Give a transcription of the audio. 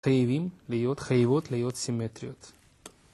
חייבות להיות סימטריות